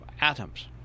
atoms